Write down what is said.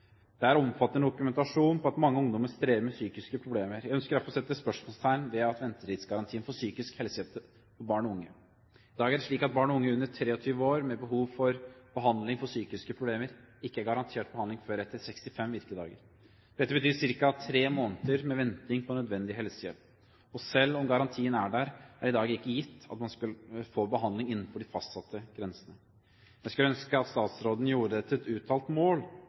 Det er omfattende dokumentasjon på at mange ungdommer strever med psykiske problemer. Jeg ønsker derfor å sette spørsmålstegn ved ventetidsgarantien for psykisk helsehjelp for barn og unge. I dag er det slik at barn og unge under 23 år med behov for behandling for psykiske problemer ikke er garantert behandling før etter 65 virkedager. Dette betyr ca. tre måneder med venting på nødvendig helsehjelp. Selv om garantien er der, er det i dag ikke gitt at man får behandling innenfor de fastsatte grensene. Jeg skulle ønske at statsråden gjorde det til et uttalt mål